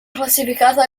classificata